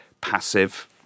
passive